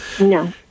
No